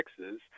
Texas